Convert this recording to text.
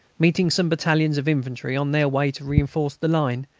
meeting some battalions of infantry on their way to reinforce the line,